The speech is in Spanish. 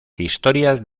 historias